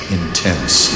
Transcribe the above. intense